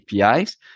APIs